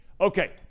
okay